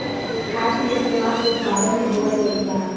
खाद के इस्तमाल से उत्पादन भी बढ़ गइल बा